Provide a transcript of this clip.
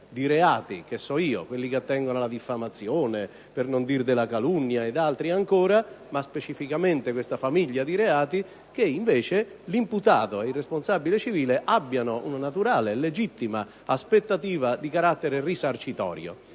di reato, ad esempio in quelle che attengono alla diffamazione, alla calunnia, ed altre ancora, ma specificamente in questa famiglia di reati, che invece l'imputato ed il responsabile civile abbiano una naturale e legittima aspettativa di carattere risarcitorio,